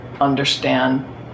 understand